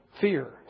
fear